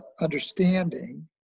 understanding